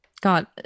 God